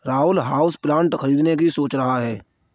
Rahul houseplant खरीदने की सोच रहा है